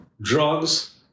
Drugs